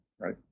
right